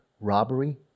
robbery